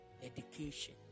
education